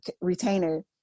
retainer